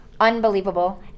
unbelievable